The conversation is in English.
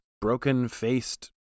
broken-faced